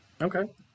Okay